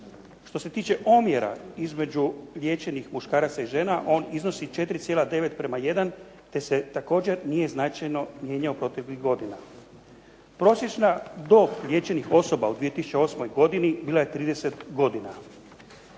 Što se tiče omjera između liječenih muškaraca i žena, on iznosi 4,9:1 te se također nije značajno mijenjao proteklih godina. Prosječna dob liječenih osoba u 2008. godini bila je 30 godina.